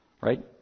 right